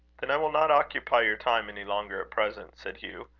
then i will not occupy your time any longer at present, said hugh.